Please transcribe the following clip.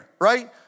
right